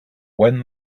when